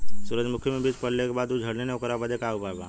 सुरजमुखी मे बीज पड़ले के बाद ऊ झंडेन ओकरा बदे का उपाय बा?